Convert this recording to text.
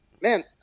man